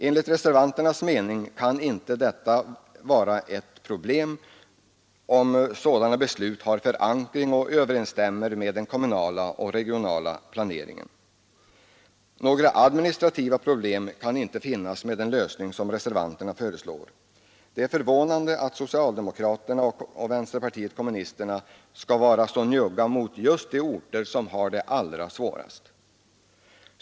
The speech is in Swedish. Enligt reservanternas mening kan inte detta vara något problem, om sådana beslut har förankring i och överensstämmer med den kommunala och regionala planeringen. Några administrativa problem kan inte den lösning som reservanterna föreslår medföra. Det är förvånande att socialdemokraterna och vänsterpartiet kommunisterna skall vara så njugga mot just de orter som har det allra svårast.